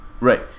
Right